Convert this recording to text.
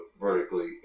vertically